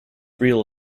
real